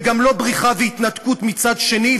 וגם לא בריחה והתנתקות מצד שני,